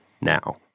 now